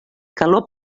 calor